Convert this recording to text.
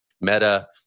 Meta